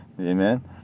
Amen